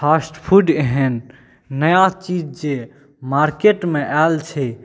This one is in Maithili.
फ़ास्ट फूड एहन नया चीज जे मार्केटमे आएल छै